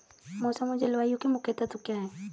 मौसम और जलवायु के मुख्य तत्व क्या हैं?